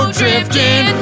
drifting